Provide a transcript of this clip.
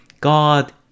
God